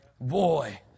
boy